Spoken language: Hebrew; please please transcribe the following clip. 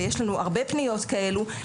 ויש לנו הרבה פניות כאלו,